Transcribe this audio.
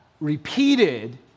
repeated